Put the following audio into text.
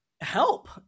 help